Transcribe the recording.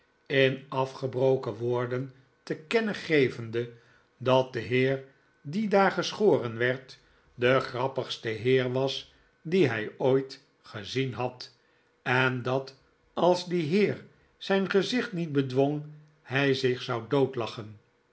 in afgebroken woorden te kennen jozef grimaldi gevende dat de heer die daar geschoren werd de grappigste heer was dien hij ooit gezien had en dat als die heer zijn gezicht niet bedwong hij zich zou